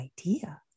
idea